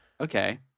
Okay